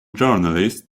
journalist